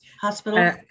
Hospital